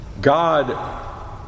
God